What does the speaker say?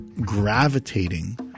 gravitating